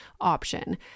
option